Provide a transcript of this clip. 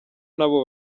n’abo